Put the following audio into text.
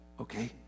Okay